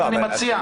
לא.